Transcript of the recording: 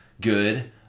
good